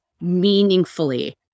meaningfully